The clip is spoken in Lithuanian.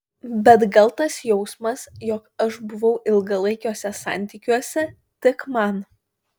bet gal tas jausmas jog aš buvau ilgalaikiuose santykiuose tik man